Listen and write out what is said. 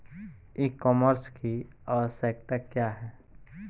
E commerce की आवशयक्ता क्या है?